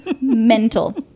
mental